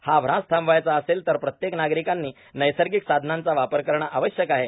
हा ऱ्हास थांबवायचा असेल तर प्रत्येक नार्गारकांनी नैर्सागक साधनांचा वापर करणे आवश्यक आहे